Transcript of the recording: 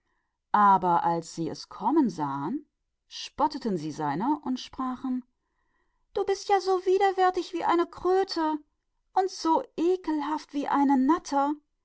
aber als sie es kommen sahen verhöhnten sie es und riefen ei du bist so scheußlich wie die kröte und so ekelhaft wie die natter